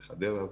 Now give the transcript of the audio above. לחדרה,